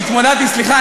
סליחה,